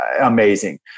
amazing